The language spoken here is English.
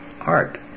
art